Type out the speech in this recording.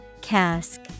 Cask